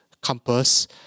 compass